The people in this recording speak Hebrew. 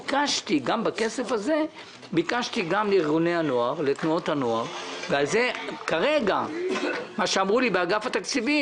ביקשתי גם להעביר מהכסף הזה לארגוני הנוער אבל אמרו לי באגף התקציבים